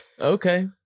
Okay